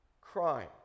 crime